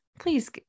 please